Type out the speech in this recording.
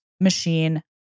machine